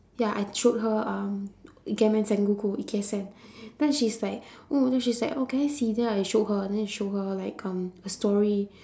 ya I showed her um ikemen sengoku ikesen then she's like oh then she's like oh can I see then I showed her then I showed her like um a story